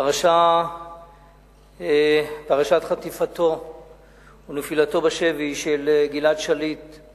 פרשת חטיפתו ונפילתו בשבי של גלעד שליט היא